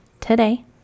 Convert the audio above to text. today